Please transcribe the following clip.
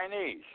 Chinese